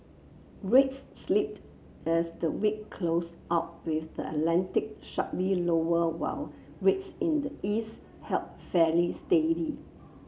rates slipped as the week closed out with the Atlantic sharply lower while rates in the east held fairly steady